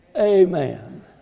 Amen